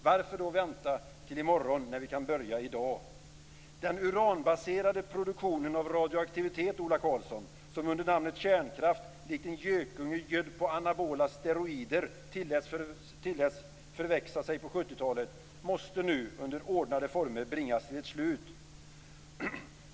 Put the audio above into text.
Varför då vänta till i morgon när vi kan börja i dag? Ola Karlsson, som under namnet kärnkraft likt en gökunge gödd på anabola steroider tilläts att förväxa sig på 70-talet måste nu under ordnade former bringas till ett slut.